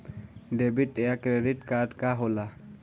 Debit या credit card का होला?